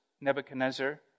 Nebuchadnezzar